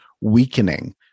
weakening